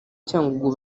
cyangugu